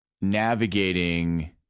navigating